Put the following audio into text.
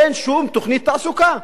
אין שום תוכנית תעסוקה.